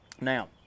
Now